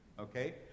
okay